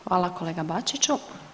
Hvala kolega Bačiću.